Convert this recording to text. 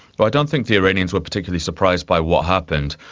but i don't think the iranians were particularly surprised by what happened.